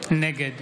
נגד